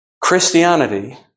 Christianity